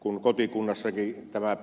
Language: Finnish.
kun kotikunnassanikin tämä